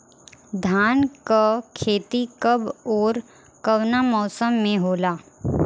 धान क खेती कब ओर कवना मौसम में होला?